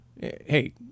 Hey